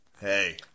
Hey